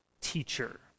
teacher